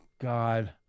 God